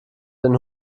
den